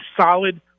solid